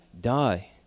die